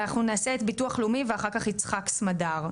אנחנו נעשה את ביטוח לאומי ואחר כך יצחק סמדר,